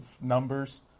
numbers